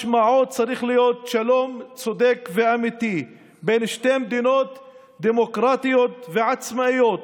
משמעו צריך להיות שלום צודק ואמיתי בין שתי מדינות דמוקרטיות ועצמאיות,